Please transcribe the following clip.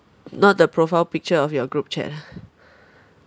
not the profile picture of your group chat ah